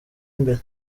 imbere